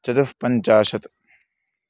चतुःपञ्चाशत्